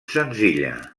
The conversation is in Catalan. senzilla